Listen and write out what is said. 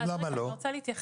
למה לא?